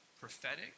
prophetic